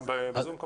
בזום?